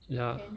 ya